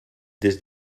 des